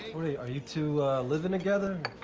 wait, are you two living together?